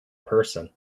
person